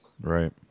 right